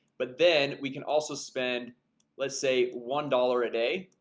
but then we can also spend let's say one dollars a day